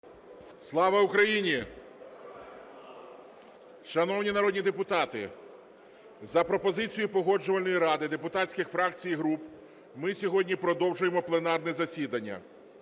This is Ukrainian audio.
слава! ГОЛОВУЮЧИЙ. Шановні народні депутати, за пропозицією Погоджувальної ради депутатських фракцій і груп ми сьогодні продовжуємо пленарне засідання.